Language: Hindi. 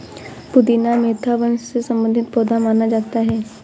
पुदीना मेंथा वंश से संबंधित पौधा माना जाता है